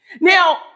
Now